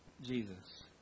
Jesus